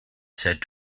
said